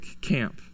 camp